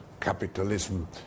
capitalism